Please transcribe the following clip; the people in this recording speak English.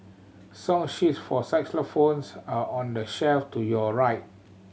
song sheets for xylophones are on the shelf to your right